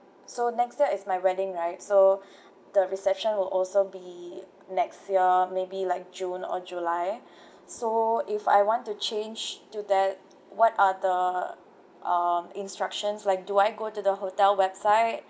so next year is my wedding right so the reception will also be next year maybe like june or july so if I want to change to that what are the um instructions like do I go to the hotel website